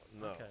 no